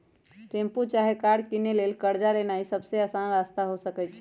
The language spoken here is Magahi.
टेम्पु चाहे कार किनै लेल कर्जा लेनाइ सबसे अशान रस्ता हो सकइ छै